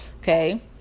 Okay